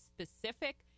specific